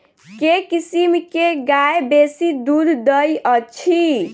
केँ किसिम केँ गाय बेसी दुध दइ अछि?